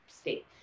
state